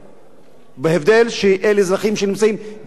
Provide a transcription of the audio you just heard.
בהבדל שאלה אזרחים שנמצאים בתוך המדינה,